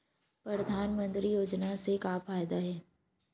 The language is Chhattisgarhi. परधानमंतरी योजना से का फ़ायदा हे?